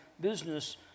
business